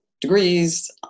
degrees